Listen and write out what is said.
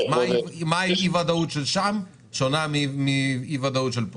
אז מה האי-ודאות של שם שונה מהאי-ודאות של פה?